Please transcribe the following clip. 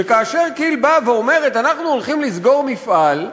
וכאשר כי"ל באה ואומרת: אנחנו הולכים לסגור מפעל,